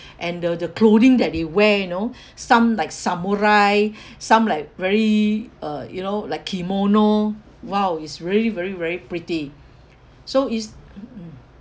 and the the clothing that they wear you know some like samurai some like very uh you know like kimono !wow! is really very very pretty so it's mmhmm